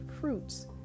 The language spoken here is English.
fruits